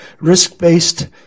risk-based